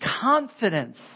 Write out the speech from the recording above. confidence